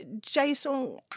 Jason